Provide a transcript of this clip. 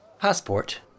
Passport